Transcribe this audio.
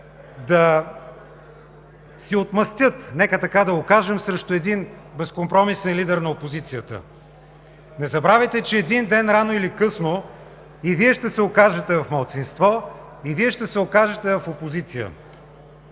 да си отмъстят – нека така да го кажем – срещу един безкомпромисен лидер на опозицията. Не забравяйте, че един ден, рано или късно и Вие ще се окажете в малцинство, и Вие ще се окажете в опозиция.